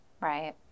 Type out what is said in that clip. right